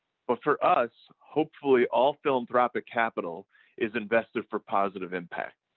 but for us, hopefully all philanthropic capital is invested for positive impact.